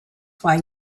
why